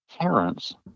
Parents